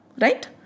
right